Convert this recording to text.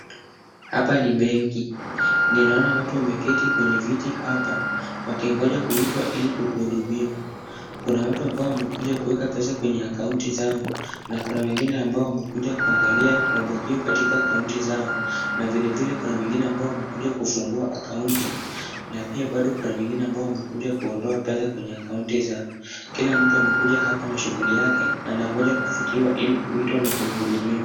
Hapa ni benki. Ninaona watu wameketi kwenye viti hapa, wakingoja kuitwa ili kuhudumiwa. Kuna watu ambao wamekuja kuweka pesa kwenye akaunti zao, na kuna wengine ambao wamekuja kuangalia mabakio katika akaunti zao, na vile vile kuna wengine ambao wamekuja kufungua akaunti. Na pia bado kuna wengine ambao wamekuja kuondoa pesa kwenye akaunti zao. Kila mtu amekuja hapa na shughuli yake, na nangoja kufikiwa ili kuitwa na kuhudumiwa.